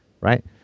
Right